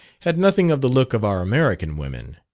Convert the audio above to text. had nothing of the look of our american women.